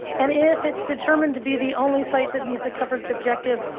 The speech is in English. and if it's determined to be the only site that meets a coverage objective,